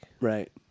Right